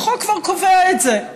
החוק כבר קובע את זה.